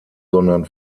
sondern